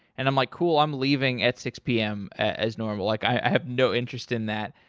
and i'm like, cool, i'm leaving at six pm as normal. like i have no interest in that.